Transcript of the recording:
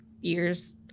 years